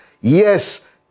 yes